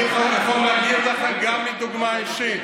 אני יכול להגיד לך גם מדוגמה אישית: